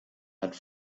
hat